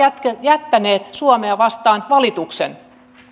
jättäneet suomea vastaan valituksen